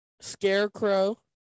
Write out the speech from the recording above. Scarecrow